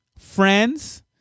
friends